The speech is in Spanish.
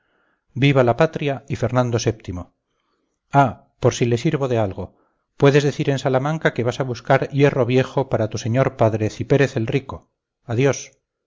viva la patria y fernando vii ah por si te sirvo de algo puedes decir en salamanca que vas a buscar hierro viejo para tu señor padre cipérez el rico adiós